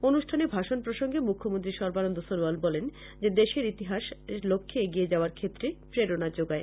অনুষ্ঠানে ভাষণ প্রসঙ্গে মুখ্যমন্ত্রী সর্বানন্দ সনোয়াল বলেন যে দেশের ইতিহাস লক্ষ্যে এগিয়ে যাওয়ার ক্ষেত্রে প্রেরণা যোগায়